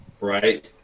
right